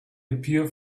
appear